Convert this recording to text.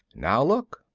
now, look.